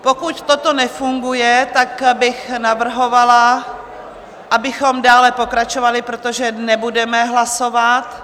Pokud toto nefunguje, tak bych navrhovala, abychom dále pokračovali, protože nebudeme zatím hlasovat.